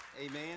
Amen